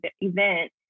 event